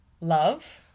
Love